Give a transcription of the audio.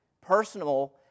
personal